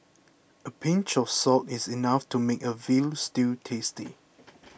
a pinch of salt is enough to make a Veal Stew tasty